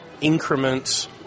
increments